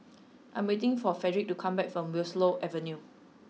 I am waiting for Fredrick to come back from Willow Avenue